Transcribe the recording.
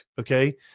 okay